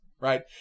Right